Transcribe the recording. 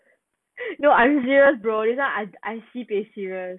no I'm serious bro this one I I sibei serious